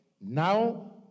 Now